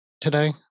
today